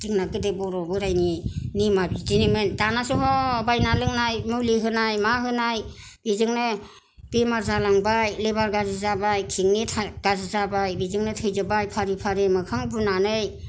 जोंना गोदो बर' बोरायनि नेमा बिदिनोमोन दानासो ह बायना लोंनाय मुलि होनाय मा होनाय इजोंनो बेमार जालांबाय लिबार गारजि जाबाय किडनि थां गारजि जाबाय बिजोंनो थैजोबबाय फारि फारि मोखां बुनानै